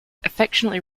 affectionately